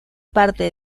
parte